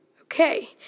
Okay